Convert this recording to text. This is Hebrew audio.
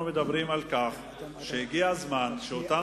אנחנו מדברים על כך שהגיע הזמן שאותן